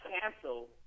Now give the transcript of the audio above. cancel